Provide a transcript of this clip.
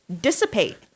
dissipate